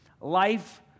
Life